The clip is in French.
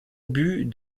but